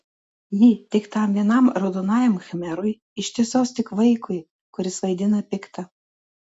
ji tik tam vienam raudonajam khmerui iš tiesos tik vaikui kuris vaidina piktą